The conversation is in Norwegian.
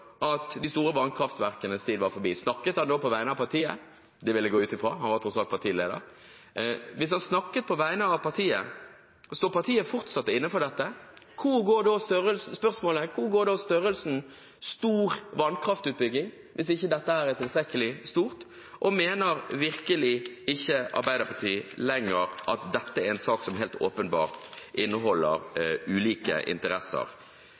at de store vannkraftverkenes tid var forbi. Snakket han da på vegne av partiet? Det vil jeg gå ut fra – han var tross alt partileder. Hvis han snakket på vegne av partiet, står partiet fortsatt inne for dette? Spørsmålet er: Hva er en stor vannkraftbygging hvis ikke denne er tilstrekkelig stor? Mener virkelig ikke Arbeiderpartiet lenger at dette er en sak som helt åpenbart inneholder ulike interesser?